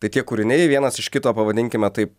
tai tie kūriniai vienas iš kito pavadinkime taip